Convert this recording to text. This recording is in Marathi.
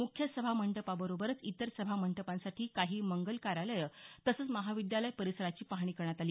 मुख्य सभामंडपाबरोबरच इतर सभा मंडपांसाठी काही मंगल कार्यालयं तसंच महाविद्यालय परिसराची पाहणी करण्यात आली